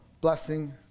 Blessing